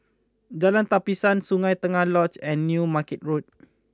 Jalan Tapisan Sungei Tengah Lodge and New Market Road